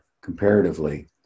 comparatively